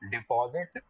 Deposit